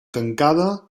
tancada